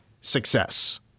success